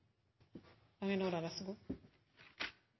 Borghild Tenden. Vær så god.